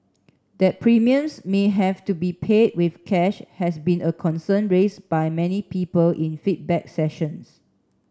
that premiums may have to be paid with cash has been a concern raised by many people in feedback sessions